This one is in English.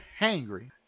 hangry